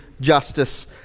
justice